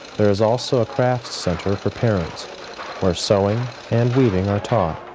there is also crafts center for parents where sewing and weaving are taught.